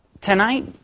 Tonight